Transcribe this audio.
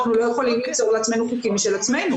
אנחנו לא יכולים ליצור לעצמנו חוקים משל עצמנו.